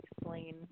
explain